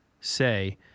say